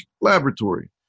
Laboratory